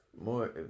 more